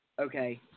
okay